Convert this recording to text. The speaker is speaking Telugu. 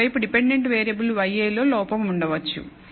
మరోవైపు డిపెండెంట్ వేరియబుల్ yi లో లోపం ఉండవచ్చు